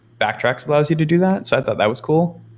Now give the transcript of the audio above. backtracks allows you to do that, so i thought that was cool.